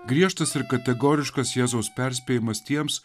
griežtas ir kategoriškas jėzaus perspėjimas tiems